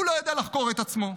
הוא לא יודע לחקור את עצמו.